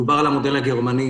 דובר על המודל הגרמני,